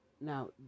Now